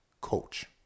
coach